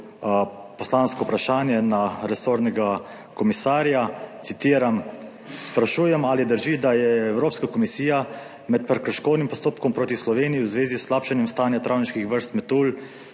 poslansko vprašanje na resornega komisarja, citiram: »Sprašujem, ali drži, da je Evropska komisija med prekrškovnim postopkom proti Sloveniji v zvezi s slabšanjem stanja travniških vrst metuljev,